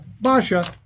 Basha